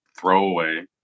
throwaway